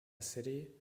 city